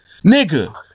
Nigga